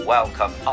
Welcome